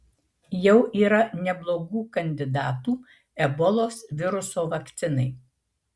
jau yra neblogų kandidatų ebolos viruso vakcinai